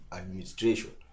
administration